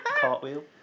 cartwheel